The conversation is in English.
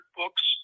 books